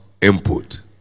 input